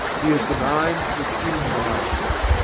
he is the mind within the mind.